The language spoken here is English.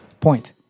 Point